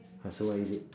ah so what is it